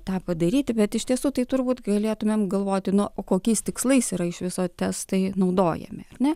tą padaryti bet iš tiesų tai turbūt galėtumėm galvoti nu o kokiais tikslais yra iš viso testai naudojami ar ne